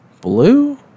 Blue